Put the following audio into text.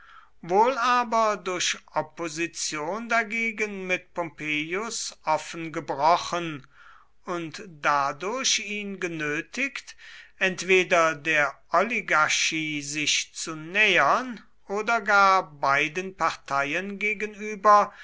wohl aber durch opposition dagegen mit pompeius offen gebrochen und dadurch ihn genötigt entweder der oligarchie sich zu nähern oder gar beiden parteien gegenüber